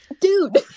Dude